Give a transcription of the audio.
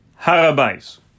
Harabais